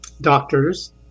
doctors